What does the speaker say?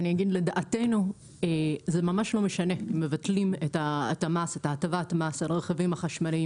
לדעתנו זה ממש לא משנה אם מבטלים את הטבת המס על הרכבים החשמליים,